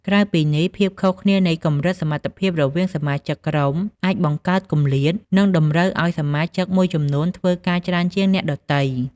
ក្រៅពីនេះ ភាពខុសគ្នានៃកម្រិតសមត្ថភាពរវាងសមាជិកក្រុមអាចបង្កើតគម្លាត និងតម្រូវឱ្យសមាជិកមួយចំនួនធ្វើការច្រើនជាងអ្នកដទៃ។